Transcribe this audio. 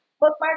bookmark